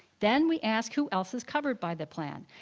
then we ask who else is covered by the plan,